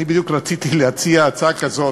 אני בדיוק רציתי להציע הצעה כזאת.